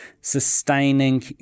sustaining